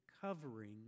covering